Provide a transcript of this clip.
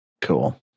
Cool